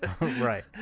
Right